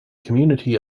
community